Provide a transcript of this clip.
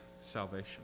salvation